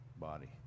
body